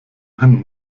hin